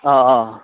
अ अ